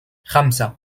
خمسة